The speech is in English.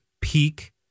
peak